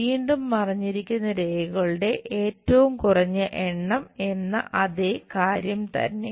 വീണ്ടും മറഞ്ഞിരിക്കുന്ന രേഖകളുടെ ഏറ്റവും കുറഞ്ഞ എണ്ണം എന്ന അതേ കാര്യം തന്നെ